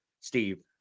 Steve